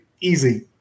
easy